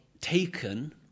taken